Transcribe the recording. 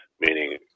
meaning